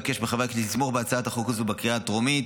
אבקש מחברי הכנסת לתמוך בהצעת החוק הזאת בקריאה הטרומית.